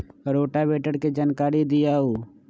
Rotavator के जानकारी दिआउ?